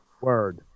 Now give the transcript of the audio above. Word